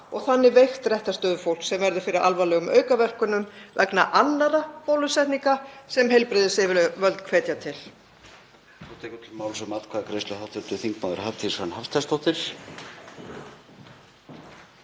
og þannig veikt réttarstöðu fólks sem verður fyrir alvarlegum aukaverkunum vegna annarra bólusetninga sem heilbrigðisyfirvöld hvetja til.